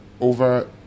over